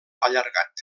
allargat